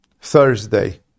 Thursday